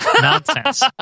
Nonsense